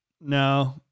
No